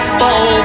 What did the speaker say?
fall